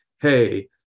hey